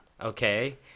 Okay